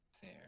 Fair